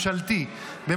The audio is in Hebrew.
איפה מי?